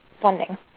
funding